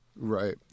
Right